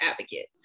advocate